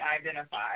identify